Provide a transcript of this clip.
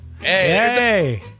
hey